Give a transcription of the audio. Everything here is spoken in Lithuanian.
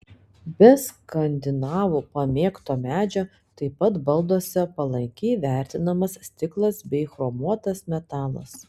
be skandinavų pamėgto medžio taip pat balduose palankiai vertinamas stiklas bei chromuotas metalas